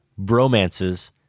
bromances